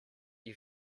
you